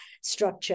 structure